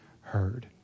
heard